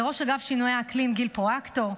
לראש אגף שינויי האקלים גיל פרואקטור,